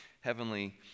heavenly